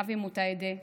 אבי מוטהדה,